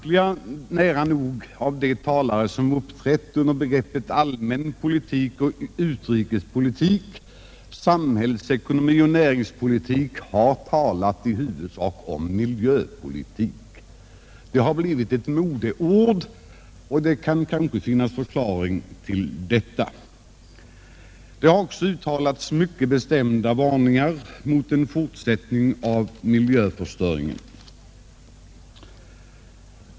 Nära nog samtliga talare som uppträtt under begreppet allmänpolitik, utrikespolitik, samhällsekonomi och näringspolitik har talat i huvudsak om miljöpolitik. Det har blivit ett modeord, och det kan kanske finnas en förklaring till detta. Det har också uttalats mycket bestämda varningar mot en fortsättning av miljöförstöringen.